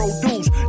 produce